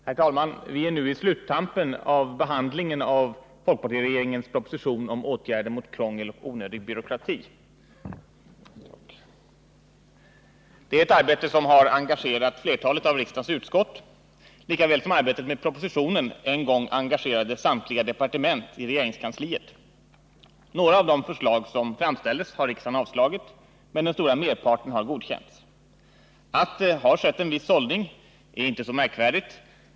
Herr talman! Vi är nu inne i sluttampen av behandlingen av folkpartiregeringens proposition om åtgärder mot krångel och onödig byråkrati. Det är ett arbete som engagerat flertalet av riksdagens utskott, lika väl som arbetet med propositionen en gång engagerade samtliga departement i regeringskansliet. Några av de förslag som framställdes har riksdagen avslagit, men den stora merparten har godkänts. Att det har skett en viss sållning är inte så märkvärdigt.